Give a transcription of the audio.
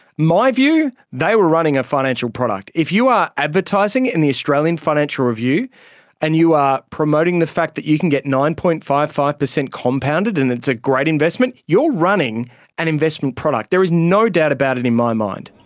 my view? they were running a financial product. if you are advertising in the australian financial review and you are promoting the fact that you can get nine. fifty five five percent compounded and it's a great investment, you're running an investment product, there is no doubt about it in my mind.